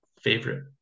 favorite